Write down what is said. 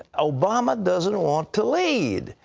obama doesnt want to lead.